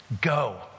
go